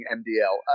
mdl